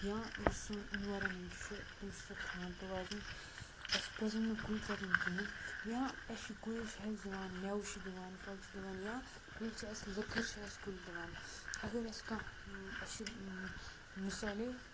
یا یُس سون ایٚنورامنٹ چھُ تِم چھِ تَتھ تھاوان تَوازُن اَسہِ پَزَن نہٕ کُلۍ ژَٹٕنۍ کِہیٖنۍ یا اسہِ چھِ کُلۍ چھِ اَسہِ دِوان میوٕ چھِ دِوان پھل چھِ دِوان یا کلۍ چھِ اَسہِ لٔکٕر چھِ اَسہِ کُلۍ دِوان اَگَر اَسہِ کانٛہہ اَسہِ چھُ مِثالے